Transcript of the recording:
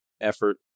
effort